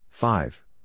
Five